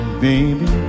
baby